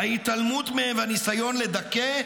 ההתעלמות מהם והניסיון לדכא,